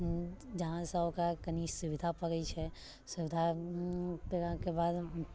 जहाँसँ ओकरा कनि सुविधा पड़ैत छै सुविधा पयलाके बाद